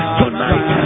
tonight